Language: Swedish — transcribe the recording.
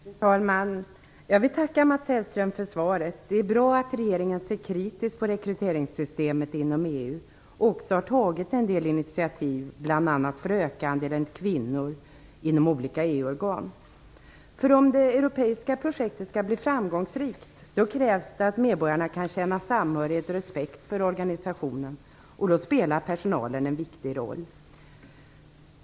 Fru talman! Jag vill tacka Mats Hellström för svaret. Det är bra att regeringen ser kritiskt på rekryteringssystemet inom EU och har tagit en del initiativ, bl.a. för att öka andelen kvinnor i olika EU-organ. Om det europeiska projektet skall bli framgångsrikt krävs det att medborgarna kan känna samhörighet och respekt för organisationen. Då spelar personalen en viktig roll.